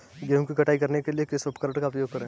गेहूँ की कटाई करने के लिए किस उपकरण का उपयोग करें?